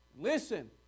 Listen